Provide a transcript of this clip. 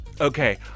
okay